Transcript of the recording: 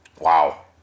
Wow